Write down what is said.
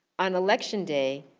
on election day,